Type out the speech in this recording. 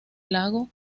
lago